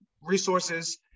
resources